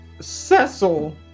Cecil